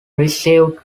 received